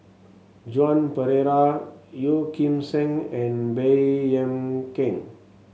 Joan Pereira Yeo Kim Seng and Baey Yam Keng